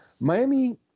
Miami